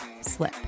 slip